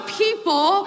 people